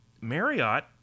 Marriott